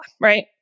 Right